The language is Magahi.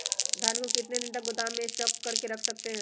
धान को कितने दिन को गोदाम में स्टॉक करके रख सकते हैँ?